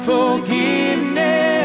Forgiveness